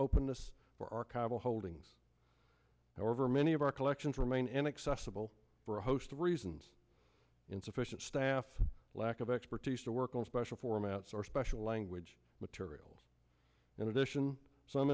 openness for archival holdings however many of our collections remain an accessible for a host of reasons insufficient staff lack of expertise to work on special formats or special language materials in addition some